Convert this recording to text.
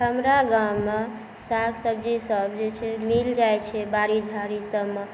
हमरा गाममे साग सब्जी सब जे छै मिल जाइ छै बाड़ी झाड़ी सबमे